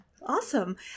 Awesome